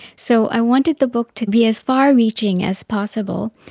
so i wanted the book to be as far reaching as possible,